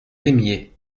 aimiez